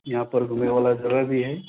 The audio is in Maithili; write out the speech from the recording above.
यहाँ पर घूमैबला जगह भी हय